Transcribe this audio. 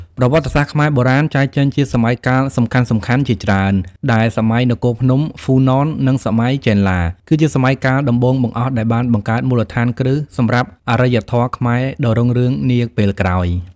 ប្រវត្តិសាស្ត្រខ្មែរបុរាណ ចែកចេញជាសម័យកាលសំខាន់ៗជាច្រើន ដែលសម័យនគរភ្នំ ហ្វូណន និងសម័យចេនឡា គឺជាសម័យកាលដំបូងបង្អស់ដែលបានបង្កើតមូលដ្ឋានគ្រឹះសម្រាប់អរិយធម៌ខ្មែរដ៏រុងរឿងនាពេលក្រោយ។